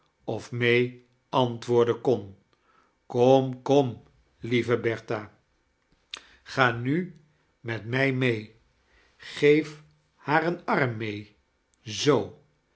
of may antwoorden kon kom kom lievc bertha ga nu met mij mee geef haar een arm may zoo